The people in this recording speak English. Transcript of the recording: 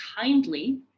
kindly